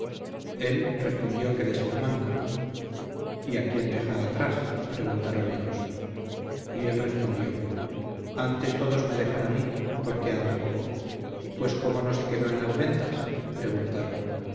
él respondió que de salamanca y a quién deja atrás preguntaron ellos y él respondió antes todos me dejan a mí porque ando poco pues cómo no se quedó en las ventas preguntaron